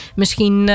Misschien